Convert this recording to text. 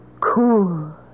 cool